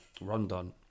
Rondon